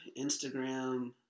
Instagram